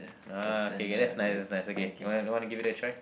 ah okay okay that's nice that's nice okay you want you want to give it a try